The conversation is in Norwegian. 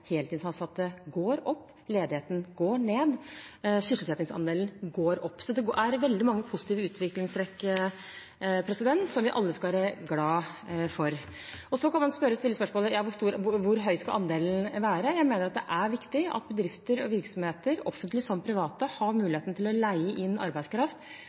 heltidsansatte går opp, ledigheten går ned, sysselsettingsandelen går opp, så det er veldig mange positive utviklingstrekk som vi alle skal være glad for. Så kan man stille spørsmålet: Hvor høy skal andelen være? Jeg mener det er viktig at bedrifter og virksomheter – offentlige som private – har muligheten til å leie inn arbeidskraft